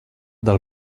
del